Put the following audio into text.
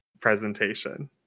presentation